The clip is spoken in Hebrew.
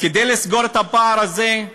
כדי לסגור את הפער הזה,